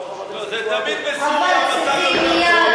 לא, חברת הכנסת זועבי?